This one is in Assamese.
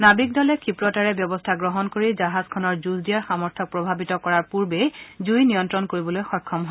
নাবিক দলে ক্ষীপ্ৰতাৰে ব্যৱস্থা গ্ৰহণ কৰি জাহাজখনক যুঁজ দিয়াৰ সামৰ্থক প্ৰভাৱিত কৰাৰ পূৰ্বেই জুই নিয়ন্ত্ৰণ কৰিবলৈ সক্ষম হয়